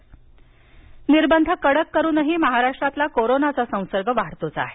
टाळेबंदी निर्बंध कडक करूनही महाराष्ट्रातला कोरोनाचा संसर्ग वाढतोच आहे